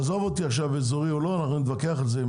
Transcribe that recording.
עזוב אותי אזורי או לא נתווכח על זה עם